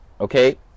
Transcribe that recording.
okay